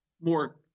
more